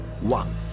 One